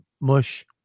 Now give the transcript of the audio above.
Mush